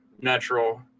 natural